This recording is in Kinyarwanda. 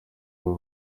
abo